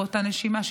באותה נשימה,